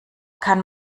kann